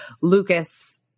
Lucas